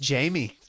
Jamie